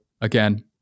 again